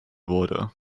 wurde